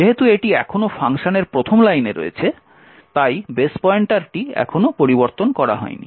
যেহেতু এটি এখনও ফাংশনের প্রথম লাইনে রয়েছে তাই বেস পয়েন্টারটি এখনও পরিবর্তন করা হয়নি